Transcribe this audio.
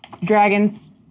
dragons